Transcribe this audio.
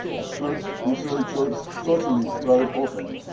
at first we saw each other socially rather often,